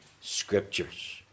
Scriptures